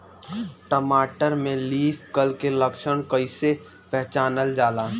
टमाटर में leaf curl के लक्षण कइसे पहचानल जाला?